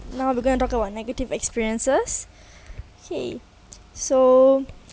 now we're going to talk about negative experiences okay so